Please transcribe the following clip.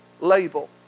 Label